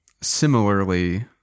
similarly